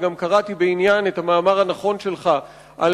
וגם קראתי בעניין את המאמר הנכון שלך על